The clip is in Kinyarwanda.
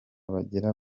bagera